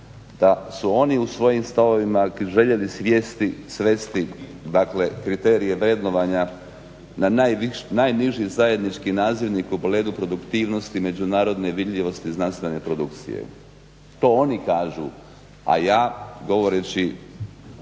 da su oni u svojim stavovima željeli svesti dakle kriterije vrednovanja na najniži zajednički nazivnih u pogledu produktivnosti, međunarodne vidljivosti znanstvene produkcije. To oni kažu, a ja govoreći